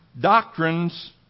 doctrines